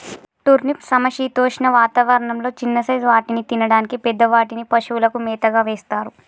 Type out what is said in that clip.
turnip సమశీతోష్ణ వాతావరణం లొ చిన్న సైజ్ వాటిని తినడానికి, పెద్ద వాటిని పశువులకు మేతగా వేస్తారు